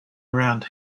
around